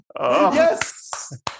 Yes